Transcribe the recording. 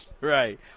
right